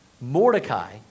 mordecai